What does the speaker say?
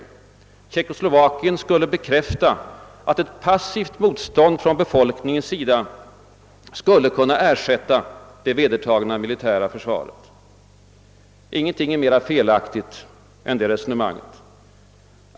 Händelserna i Tjeckoslovakien skulle bekräfta att ett passivt motstånd från befolkningens sida skulle kunna ersätta det vedertagna militära försvaret. Ingenting är mera felaktigt än det resonemanget.